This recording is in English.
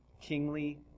kingly